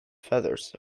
feathers